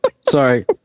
Sorry